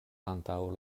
antaŭ